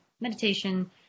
meditation